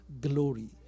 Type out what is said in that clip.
glory